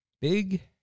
Big